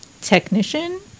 technician